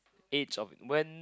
age of when